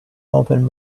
open